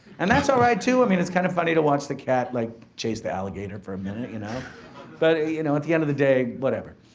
and that's all right, too. i mean, it's kind of funny to watch the cat like, chase the alligator for a minute, you know but and at the end of the day, whatever.